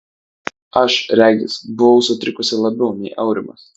aš regis buvau sutrikusi labiau nei aurimas